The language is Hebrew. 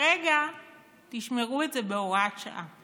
כרגע תשמרו את זה בהוראת שעה.